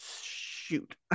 shoot